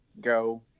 go